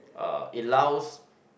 uh it allows